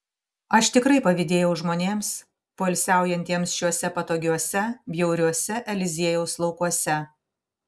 aš tikrai pavydėjau žmonėms poilsiaujantiems šiuose patogiuose bjauriuose eliziejaus laukuose